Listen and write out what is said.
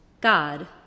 God